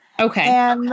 Okay